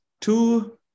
two